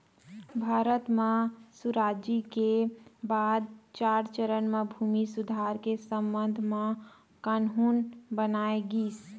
भारत म सुराजी के बाद चार चरन म भूमि सुधार के संबंध म कान्हून बनाए गिस